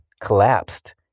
collapsed